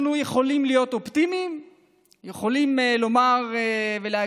אנחנו יכולים להיות אופטימיים,